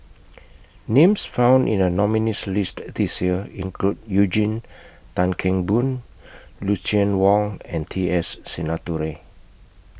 Names found in The nominees' list This Year include Eugene Tan Kheng Boon Lucien Wang and T S Sinnathuray